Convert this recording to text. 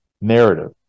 narrative